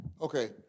okay